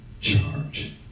charge